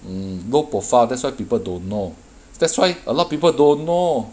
mm low profile that's why people don't know that's why a lot of people don't know